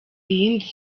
iyindi